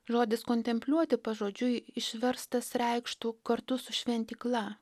žodis kontempliuoti pažodžiui išverstas reikštų kartu su šventykla